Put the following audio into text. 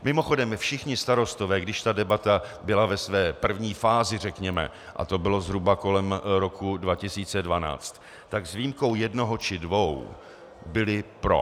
Mimochodem, všichni starostové, když debata byla, řekněme, ve své první fázi, a to bylo zhruba kolem roku 2012, tak s výjimkou jednoho či dvou byli pro.